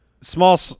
small